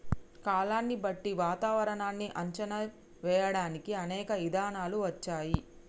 కాలాన్ని బట్టి వాతావరనాన్ని అంచనా వేయడానికి అనేక ఇధానాలు వచ్చాయి